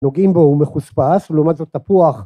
נוגעים בו הוא מחוספס ולעומת זאת תפוח